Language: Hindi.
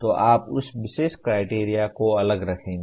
तो आप उस विशेष क्राइटेरिया को अलग रखेंगे